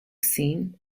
scene